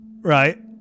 right